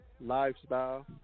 Lifestyle